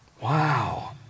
Wow